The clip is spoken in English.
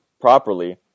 properly